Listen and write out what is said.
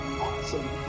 Awesome